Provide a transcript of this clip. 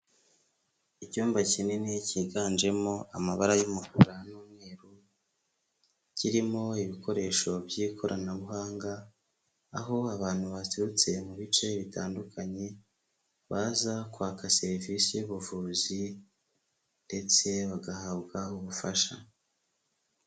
Icyumba kinini cyiganjemo amabara y'umukara n'umweru, kirimo ibikoresho by'ikoranabuhanga, aho abantu baturutse mu bice bitandukanye, baza kwaka serivisi y'ubuvuzi, ndetse bagahabwa ubufasha.